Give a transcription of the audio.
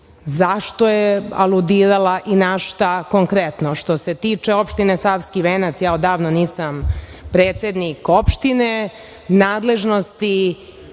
zašto je aludirala i na šta konkretno. Što se tiče opštine Savski venac, ja odavno nisam predsednik opštine, nadležnosti